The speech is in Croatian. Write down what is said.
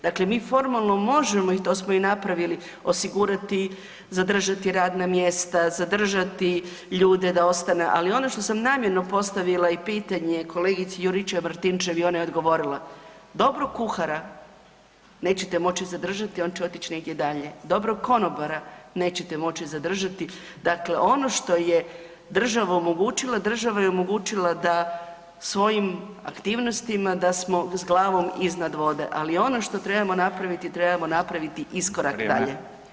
Dakle mi formalno možemo i to smo i napravili, osigurati, zadržati radna mjesta, zadržati ljude da ostanu, ali ono što sam namjerno postavila i pitanje kolegici Juričev Martinčev i ona je odgovorila, dobrog kuhara nećete moći zadržati, on će otić negdje dalje, dobrog konobara nećete moći zadržati, dakle ono što je država omogućila, država je omogućila da svojim aktivnosti da smo s glavom iznad vode ali ono što trebamo napraviti, trebamo napraviti iskorak dalje.